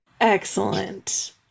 excellent